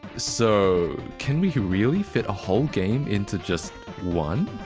so. can we really fit a whole game into just one?